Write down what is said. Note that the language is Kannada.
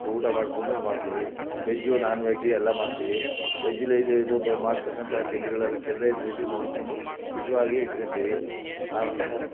ಊಟ ಮಾಡಿಕೊಂಡು ಮಾಡ್ತೀವಿ ವೆಜ್ಜು ನಾನ್ವೆಜ್ಜು ಎಲ್ಲ ಮಾಡ್ತೀವಿ ವೆಜ್ಜಲ್ಲಿ ಇದು ಬ ಮಾಡ್ತಕ್ಕಂಥ ತಿಂಡಿಗಳೆಲ್ಲ ಕೆಡದೇ ಇದ್ದ ರೀತಿ ನೋಡಿಕೊಂಡು ಶುಚಿಯಾಗಿ ಇಟ್ಕೋತಿವಿ ಅವ